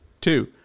Two